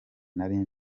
nari